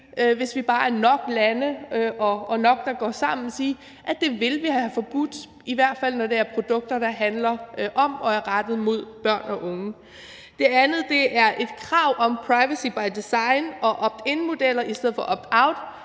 hvis vi bare er nok lande, der går sammen, sige vi vil have forbudt, i hvert fald når det er produkter, der handler om og er rettet mod børn og unge. Det andet er et krav om privacy by design og opt in-modeller i stedet for opt